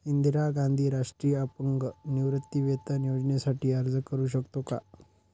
इंदिरा गांधी राष्ट्रीय अपंग निवृत्तीवेतन योजनेसाठी अर्ज करू शकतो का?